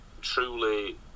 truly